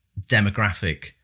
demographic